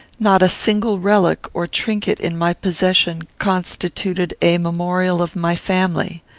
not a single relic or trinket in my possession constituted a memorial of my family.